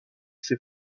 ses